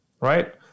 right